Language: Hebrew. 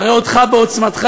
אראה אותך בעוצמתך,